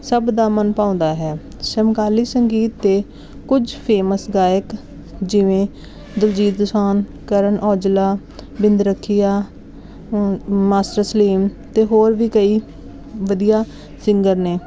ਸਭ ਦਾ ਮਨ ਭਾਉਂਦਾ ਹੈ ਸਮਕਾਲੀ ਸੰਗੀਤ ਅਤੇ ਕੁਝ ਫੇਮਸ ਗਾਇਕ ਜਿਵੇਂ ਦਲਜੀਤ ਦੋਸਾਂਝ ਕਰਨ ਔਜਲਾ ਬਿੰਦਰਖੀਆਂ ਮਾਸਟਰ ਸਲੀਮ ਅਤੇ ਹੋਰ ਵੀ ਕਈ ਵਧੀਆ ਸਿੰਗਰ ਨੇ